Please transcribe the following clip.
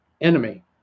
enemy